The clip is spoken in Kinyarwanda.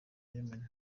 yemen